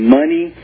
money